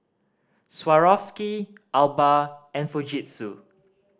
Swarovski Alba and Fujitsu